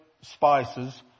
spices